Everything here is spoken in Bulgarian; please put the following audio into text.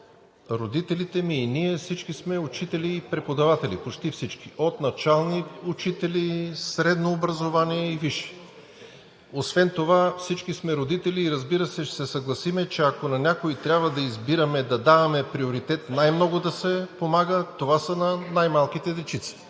родителите ми и ние, всички сме учители и преподаватели – почти всички, от начални учители, средно образование и висше. Освен това всички сме родители и, разбира се, ще се съгласим, че ако някого трябва да избираме, да даваме приоритет, най-много да се помага, това са най-малките дечица